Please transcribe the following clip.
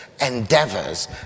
endeavors